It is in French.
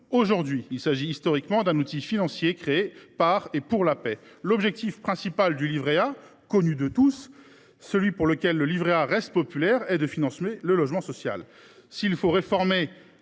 aujourd’hui : il s’agit historiquement d’un outil financier créé par et pour la paix. L’objectif principal du livret A, connu de tous, celui pour lequel ce produit reste populaire, c’est de financer le logement social. S’il faut réformer